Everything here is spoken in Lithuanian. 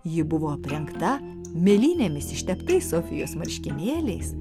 ji buvo aprengta mėlynėmis išteptais sofijos marškinėliais